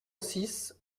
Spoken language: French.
six